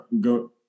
go